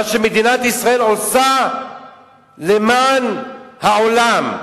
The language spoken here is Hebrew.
מה שמדינת ישראל עושה למען העולם,